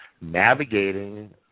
Navigating